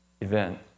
event